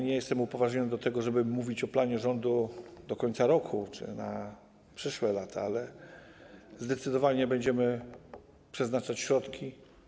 Nie jestem upoważniony do tego, żeby mówić o planie rządu do końca roku czy na przyszłe lata, ale zdecydowanie będziemy przeznaczać na to środki.